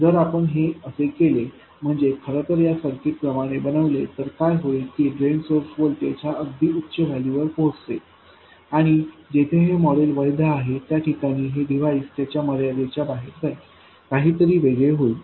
जर आपण हे असे केले म्हणजे खरं तर या सर्किट प्रमाणे बनवले तर काय होईल की ड्रेन सोर्स व्होल्टेज हा अगदी उच्च व्हॅल्यूवर पोहोचेल आणि जेथे हे मॉडेल वैध आहे त्या ठिकाणी हे डिव्हाइस त्याच्या मर्यादेच्या बाहेर जाईल काहीतरी वेगळे होईल